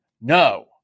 No